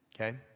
Okay